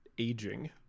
aging